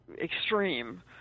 extreme